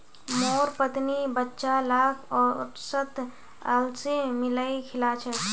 मोर पत्नी बच्चा लाक ओट्सत अलसी मिलइ खिला छेक